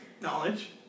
knowledge